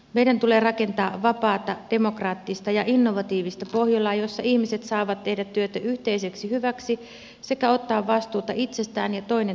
meidän tulee rakentaa vapaata demokraattista ja innovatiivista pohjolaa jossa ihmiset saavat tehdä työtä yhteiseksi hyväksi sekä ottaa vastuuta itsestään ja toinen toisistaan